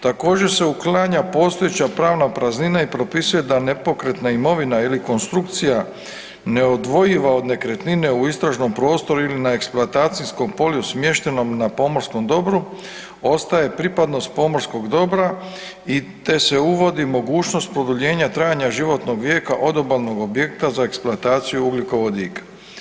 Također se uklanja postojeća pravna praznina i propisuje da nepokretna imovina ili konstrukcija neodvojiva od nekretnine u istražnom prostoru ili na eksploatacijskom polju smještenom na pomorskom dobru ostaje pripadnost pomorskog dobra, te se uvodi mogućnost produljenja trajanja životnog vijeka odobalnog objekta za eksploataciju ugljikovodika.